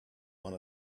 one